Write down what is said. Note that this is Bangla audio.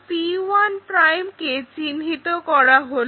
p1 কে চিহ্নিত করা হলো